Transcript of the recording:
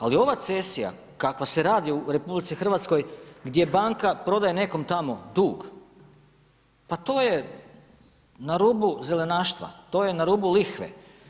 Ali, ova cesija kakva se radi u RH, gdje banka prodaje nekom tamo dug, pa to je na rubu zelenaštva, to je na rubu lihve.